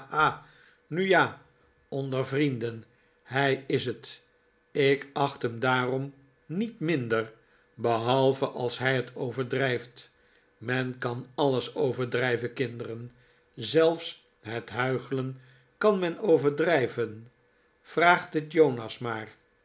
nu jal onder vrienden hij is het ik acht hem daarom niet minder behalve als hij het oyerdrijft men kan alles overdrijven kinderen zelfs het huichelen kan men overdrijven vraagt het jonas maar